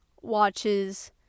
watches